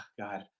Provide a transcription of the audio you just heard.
God